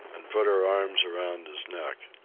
and put her arms around his neck.